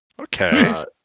Okay